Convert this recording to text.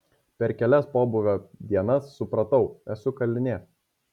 per kelias pobūvio dienas supratau esu kalinė